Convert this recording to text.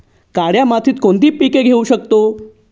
काळ्या मातीत कोणती पिके घेऊ शकतो?